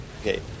Okay